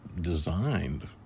designed